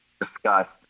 discussed